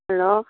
hello